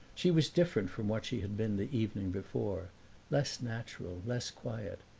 she was different from what she had been the evening before less natural, less quiet.